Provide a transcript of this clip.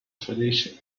tradition